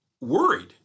worried